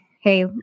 Hey